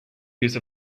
use